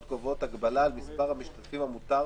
קובעות הגבלה על מספר המשתתפים המותר בו,